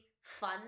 fun